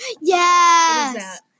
Yes